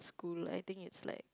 school I think it's like